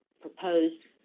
proposed,